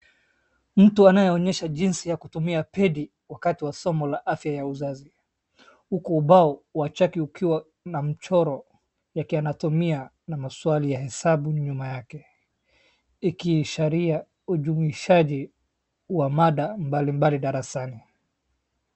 Mtu anayeonyesha jinsi ya kutumia pedi wakati wa somo la afya ya uzazi huku ubao wa chaki ukiwa na mchoro yake anatumia na maswali ya hesabu nyuma yake. Ikiashiria ujumuishaji wa mada mbalimbali darasani.